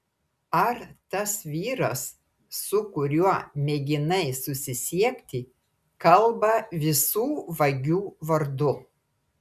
ar tas vyras su kuriuo mėginai susisiekti kalba visų vagių vardu